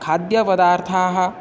खाद्यपदार्थाः